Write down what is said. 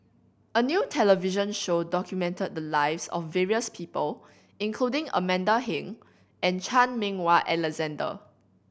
a new television show documented the lives of various people including Amanda Heng and Chan Meng Wah Alexander